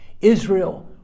Israel